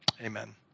Amen